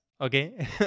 okay